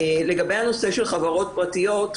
לגבי הנושא של חברות פרטיות,